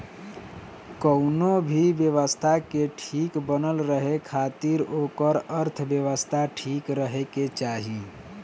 कवनो भी व्यवस्था के ठीक बनल रहे खातिर ओकर अर्थव्यवस्था ठीक रहे के चाही